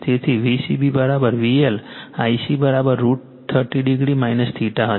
તેથી Vcb VL Ic √ 30 o હશે